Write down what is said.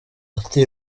ati